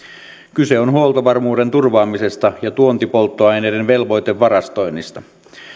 kyse on huoltovarmuuden turvaamisesta ja tuontipolttoaineiden velvoitevarastoinnista